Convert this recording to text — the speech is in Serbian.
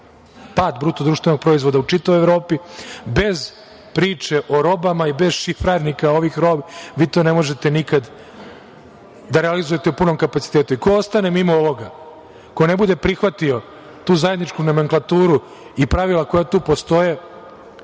da ima najmanji pad BDP u čitavoj Evropi, bez priče o robama i bez šifarnika ovih roba, vi to ne možete nikad da realizujete u punom kapacitetu. Ko ostane mimo ovoga, ko ne bude prihvatio tu zajedničku nomenklaturu i pravila koja tu postoje,